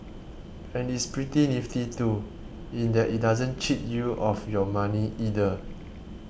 and it's pretty nifty too in that it doesn't cheat you of your money either